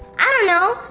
i don't know?